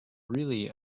really